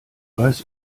weiß